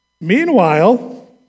meanwhile